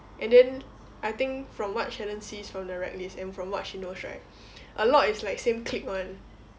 and then I think from what shannon sees from the grad list and from what she knows right a lot is like same clique [one]